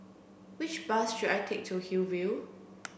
which bus should I take to Hillview